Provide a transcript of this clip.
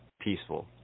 peaceful